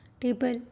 table